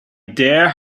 dare